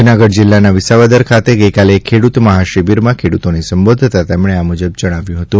જૂનાગઢ જિલ્લાના વિસાવદર ખાતે ગઈકાલે ખેડૂત મહાશિબિરમાં ખેડૂતોને સંબોધતા તેમણે આ મુજબ જણાવ્યું હતું